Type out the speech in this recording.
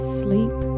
sleep